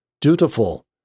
dutiful